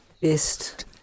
ist